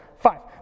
Five